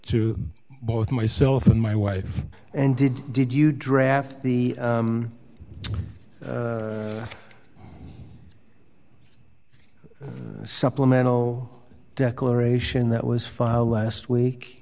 to both myself and my wife and did did you draft the supplemental declaration that was filed last week